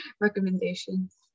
recommendations